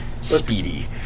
speedy